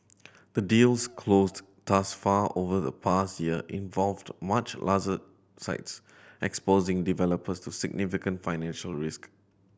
the deals closed thus far over the past year involved much larger sites exposing developers to significant financial risk